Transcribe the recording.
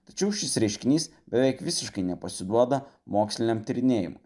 tačiau šis reiškinys beveik visiškai nepasiduoda moksliniam tyrinėjimui